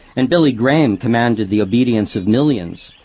and billy graham commanded the obedience of millions,